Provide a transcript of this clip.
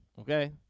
okay